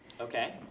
Okay